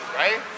right